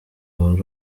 wari